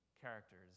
characters